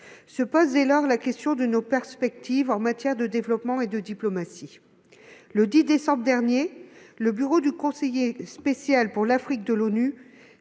Se pose dès lors la question de nos perspectives en matière de développement et de diplomatie. Le 10 décembre dernier, le bureau du conseiller spécial pour l'Afrique de l'ONU,